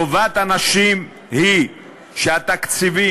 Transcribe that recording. טובת הנשים היא שהתקציבים,